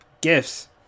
gifts